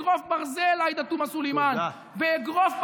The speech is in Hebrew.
באגרוף ברזל,